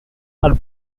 are